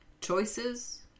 Choices